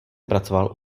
pracoval